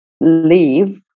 leave